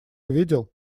видел